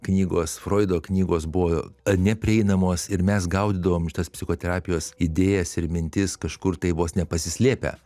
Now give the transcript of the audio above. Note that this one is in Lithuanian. knygos froido knygos buvo neprieinamos ir mes gaudydavom šitas psichoterapijos idėjas ir mintis kažkur tai vos ne pasislėpę